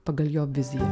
pagal jo viziją